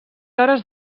hores